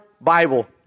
Bible